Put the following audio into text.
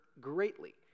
greatly